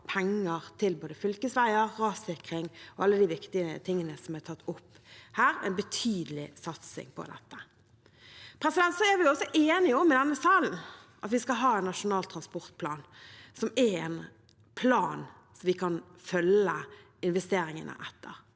penger til både fylkesveier, rassikring og alle de viktige tingene som er tatt opp her. Det er en betydelig satsing på dette. Vi er også enige om i denne sal at vi skal ha en nasjonal transportplan, som er en plan der vi kan følge investeringene.